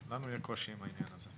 לנו יהיה קושי עם העניין הזה.